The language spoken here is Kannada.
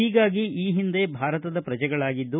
ಹೀಗಾಗಿ ಈ ಹಿಂದೆ ಭಾರತದ ಪ್ರಜೆಗಳಾಗಿದ್ದು